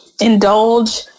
indulge